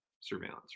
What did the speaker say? surveillance